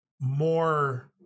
more